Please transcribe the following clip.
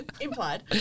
implied